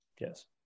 Yes